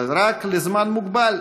אבל רק לזמן מוגבל.